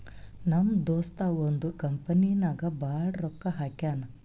ನಮ್ ದೋಸ್ತ ಒಂದ್ ಕಂಪನಿ ನಾಗ್ ಭಾಳ್ ರೊಕ್ಕಾ ಹಾಕ್ಯಾನ್